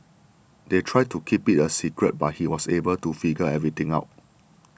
they tried to keep it a secret but he was able to figure everything out